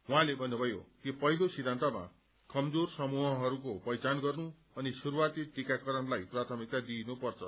उहाँले भन्नुषयो कि पहिलो सिद्धान्तमा कमजोर समूहहरूको पहिचान गर्नु अनि श्रुस्आती टीकाकरणलाई प्राथमिकता दिइनुपर्छ